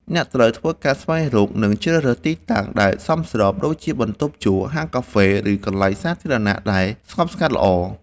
អ្នកត្រូវធ្វើការស្វែងរក និងជ្រើសរើសទីតាំងដែលសមស្រប ដូចជាបន្ទប់ជួល ហាងកាហ្វេ ឬកន្លែងសាធារណៈដែលស្ងប់ស្ងាត់ល្អ។